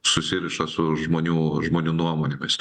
susiriša su žmonių žmonių nuomonėmis